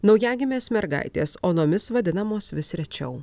naujagimės mergaitės onomis vadinamos vis rečiau